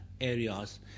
areas